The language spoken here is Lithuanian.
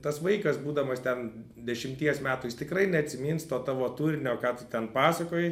tas vaikas būdamas ten dešimties metų jis tikrai neatsimins to tavo turinio kad tu ten pasakojai